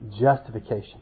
justification